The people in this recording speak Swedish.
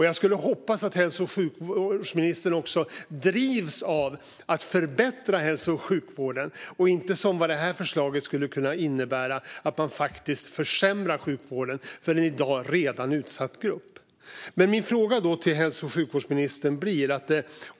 Jag hoppas att hälso och sjukvårdsministern också drivs av att förbättra hälso och sjukvården och inte, som det här förslaget skulle kunna innebära, att försämra den för en redan i dag utsatt grupp. Min fråga till hälso och sjukvårdsministern blir denna.